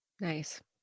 Nice